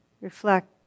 reflect